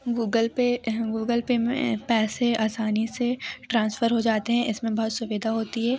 Google Pay Google Pay में पैसे आसानी से ट्रांसफर हो जाते हैं इसमें बहुत सुविधा होती है